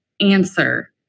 answer